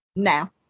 Now